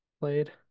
played